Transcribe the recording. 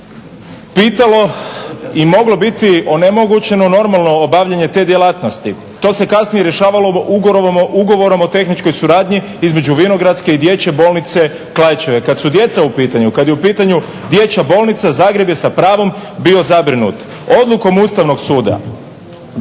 pitalo i moglo biti onemogućeno normalno obavljanje te djelatnosti. To se kasnije rješavalo ugovorom o tehničkoj suradnji između Vinogradske i dječje bolnice Klaićeve. Kad su djeca u pitanju, kad je u pitanju dječja bolnica Zagreb je sa pravom bio zabrinut. Odlukom Ustavnog suda